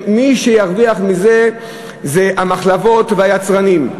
מי שירוויח מזה זה המחלבות והיצרנים.